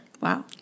Wow